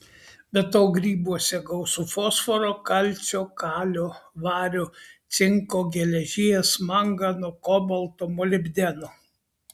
be to grybuose gausu fosforo kalcio kalio vario cinko geležies mangano kobalto molibdeno